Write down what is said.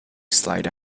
slide